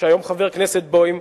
חבר הכנסת בוים,